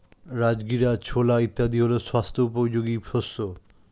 রাজগীরা, ছোলা ইত্যাদি হল স্বাস্থ্য উপযোগী শস্য